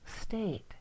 state